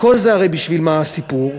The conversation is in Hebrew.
וכל זה, הרי בשביל מה הסיפור?